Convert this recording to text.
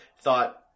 thought